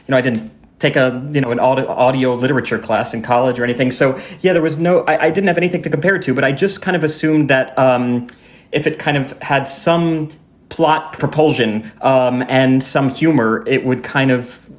and i didn't take a you know, an audio audio literature class in college or anything. so, yeah, there was no i didn't have anything to compare it to, but i just kind of assumed that um if it kind of had some plot propulsion um and some humor, it would kind of,